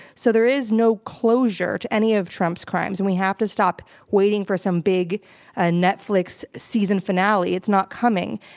so there is no closure to any of trump's crimes and we have to stop waiting for some big ah netflix season finale. it's not coming,